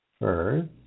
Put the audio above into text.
first